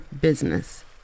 business